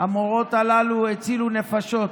המורות הללו הצילו נפשות.